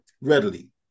readily